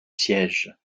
siège